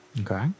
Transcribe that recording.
Okay